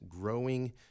growing